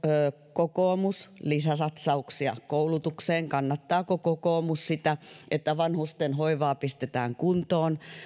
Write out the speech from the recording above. kokoomus lisäsatsauksia koulutukseen kannattaako kokoomus sitä että vanhusten hoivaa pistetään kuntoon